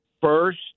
first